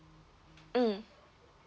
mm